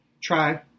try